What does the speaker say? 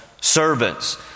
servants